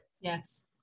yes